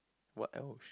what else